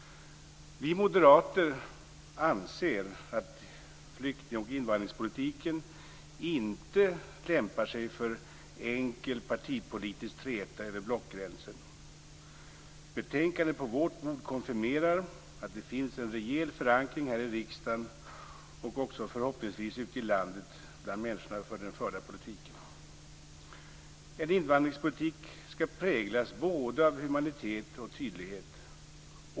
Vi moderater anser att flykting och invandringspolitiken inte lämpar sig för enkel partipolitisk träta över blockgränsen. Betänkandet på vårt bord konfirmerar att det finns en rejäl förankring för den förda politiken här i riksdagen och också förhoppningsvis ute i landet bland människorna. En invandringspolitik skall präglas både av humanitet och av tydlighet.